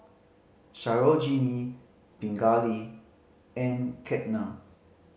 Sarojini Pingali and Ketna